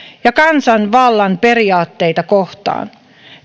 ja kansanvallan periaatteita kohtaan